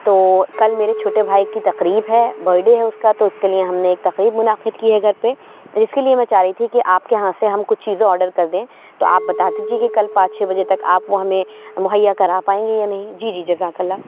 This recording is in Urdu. تو کل میرے چھوٹے بھائی کی تقریب ہے بر ڈے ہے اس کا تو اس کے لیے ہم نے ایک تقریب منعقد کی ہے گھر پہ اور اس کے لیے میں چاہ رہی تھی کہ آپ کے یہاں سے ہم کچھ چیزیں آرڈر کر دیں تو آپ بتا دیجیے کہ کل پانچ چھ بجے تک آپ وہ ہمیں مہیا کرا پائیں گے یا نہیں جی جی جزاک اللہ